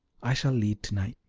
i shall lead to-night.